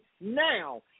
now